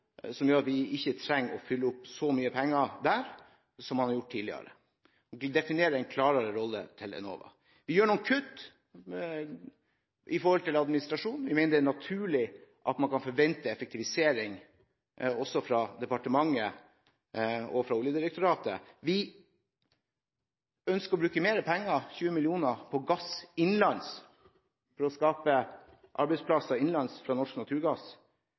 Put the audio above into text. som gjør at vi ikke trenger å fylle opp med så mye penger som man har gjort tidligere. Vi definerer en klarere rolle for Enova. Vi gjør noen kutt i administrasjonen. Vi mener det er naturlig at man kan forvente effektivisering også av departementet og av Oljedirektoratet. Vi ønsker å bruke mer penger, 20 mill. kr, for å skape arbeidsplasser innenlands knyttet til norsk naturgass.